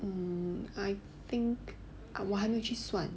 um I think 我还没去算